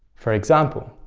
for example